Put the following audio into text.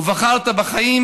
"ובחרת בחיים"